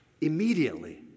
Immediately